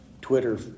Twitter